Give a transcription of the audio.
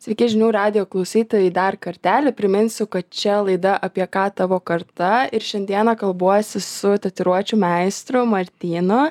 sveiki žinių radijo klausytojai dar kartelį priminsiu kad čia laida apie ką tavo karta ir šiandieną kalbuosi su tatuiruočių meistru martynu